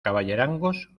caballerangos